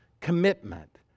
commitment